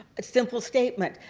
a simple statement,